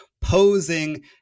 posing